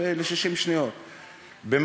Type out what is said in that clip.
כאשר גלעד שליט היה בשבי,